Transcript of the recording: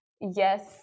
yes